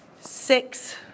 six